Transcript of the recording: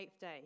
day